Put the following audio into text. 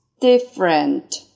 Different